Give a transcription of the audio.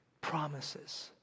promises